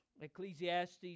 Ecclesiastes